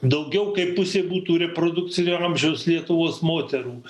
daugiau kaip pusė būtų reprodukcinio amžiaus lietuvos moterų